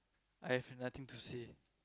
I have nothing to say